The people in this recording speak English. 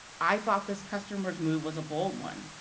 i thought this customer's move was a bold one,